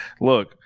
Look